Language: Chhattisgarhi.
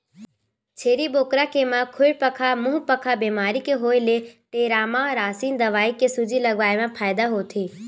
छेरी बोकरा के म खुरपका मुंहपका बेमारी के होय ले टेरामारसिन दवई के सूजी लगवाए मा फायदा होथे